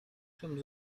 czym